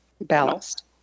Balanced